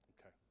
Okay